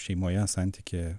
šeimoje santykyje